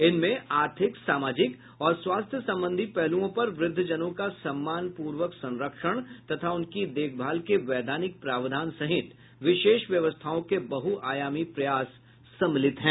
इनमें आर्थिक सामाजिक और स्वास्थ्य संबंधी पहलुओं पर वृद्धजनों का सम्मानपूर्वक संरक्षण तथा उनकी देखभाल के वैधानिक प्रावधान सहित विशेष व्यवस्थाओं के बहु आयामी प्रयास सम्मिलित है